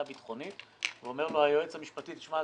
ביטחונית ואומר לו היועץ המשפטי לממשלה: שמע,